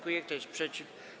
Kto jest przeciw?